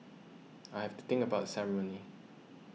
I have to think about the ceremony